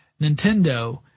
Nintendo